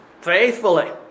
faithfully